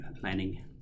planning